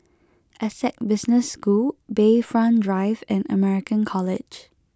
Essec Business School Bayfront Drive and American College